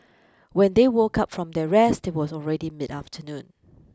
when they woke up from their rest it was already mid afternoon